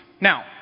Now